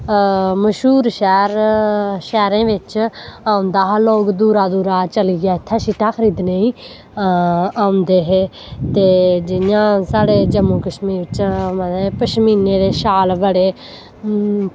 मश्हूर शैह्र शैह्रें बिच्च औंदा हा लोग दूरा दूरा चलियै इत्थें शीटां खरीदने ई औंदे हे ते जियां साढ़े जम्मू कश्मीर च मतलव कि पशमीने दे शाल बड़े